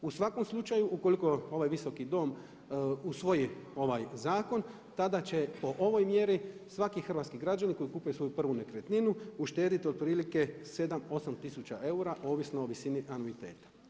U svakom slučaju ukoliko ovaj Visoki dom usvoji ovaj zakon tada će po ovoj mjeri svaki hrvatski građanin koji kupuje svoju prvu nekretninu uštediti otprilike 7, 8 tisuća eura ovisno o visini anuiteta.